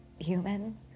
human